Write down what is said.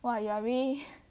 !wah! you are really